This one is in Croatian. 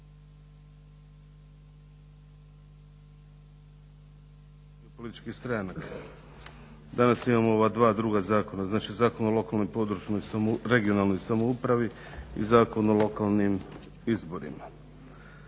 političkih stranaka. Danas imamo ova dva druga zakona, znači Zakon o lokalnoj područnoj regionalnoj samoupravi i Zakon o lokalnim izborima.